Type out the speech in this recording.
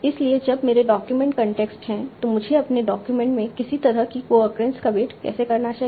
इसलिए जब मेरे डॉक्यूमेंट कॉन्टेक्स्ट हैं तो मुझे अपने डॉक्यूमेंट में किसी शब्द की अक्रेंस का वेट कैसे करना चाहिए